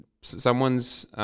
someone's